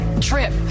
trip